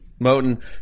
Moten